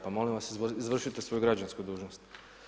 Pa molim vas izvršite svoju građansku dužnost.